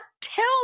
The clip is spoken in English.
tell